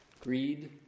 greed